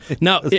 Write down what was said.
Now